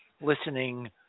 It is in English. listening